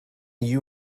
you